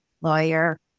lawyer